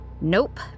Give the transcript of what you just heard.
Nope